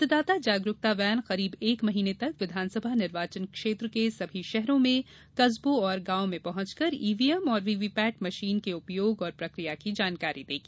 मतदाता जागरूकता वैन करीब एक महीने तक विधानसभा निर्वाचन क्षेत्र के सभी शहरों में कस्बों और गांवों में पहुंचकर ईवीएम और वीवीपैट मशीन के उपयोग और प्रकिया की जानकारी देगी